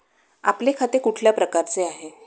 आपले खाते कुठल्या प्रकारचे आहे?